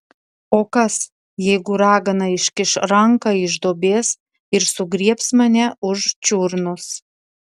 o kas jeigu ragana iškiš ranką iš duobės ir sugriebs mane už čiurnos